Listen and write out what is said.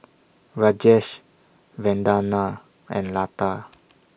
Rajesh Vandana and Lata